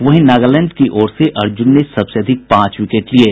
वहीं नगालैंड की ओर से अर्जुन ने सबसे अधिक पांच विकेट लिये